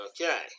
Okay